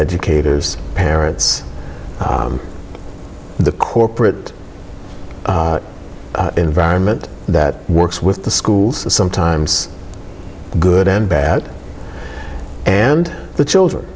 educators parents the corporate environment that works with the schools sometimes good and bad and the children